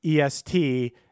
EST